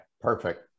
perfect